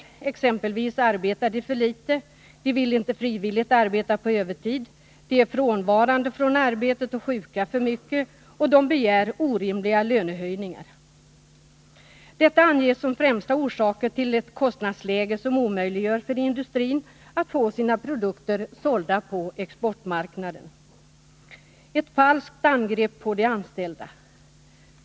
Man säger exempelvis att de arbetar för litet, att de inte frivilligt vill arbeta på övertid, att de är frånvarande från arbetet för ofta, att de är sjuka för ofta och att de begär orimliga lönehöjningar. Detta anges som främsta orsaker till ett kostnadsläge som omöjliggör för industrin att få sina produkter sålda på exportmarknaden. Dessa beskyllningar innebär ett falskt angrepp på de anställda.